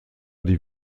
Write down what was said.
die